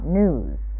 news